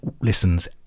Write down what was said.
listens